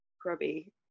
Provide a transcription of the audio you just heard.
grubby